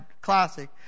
Classic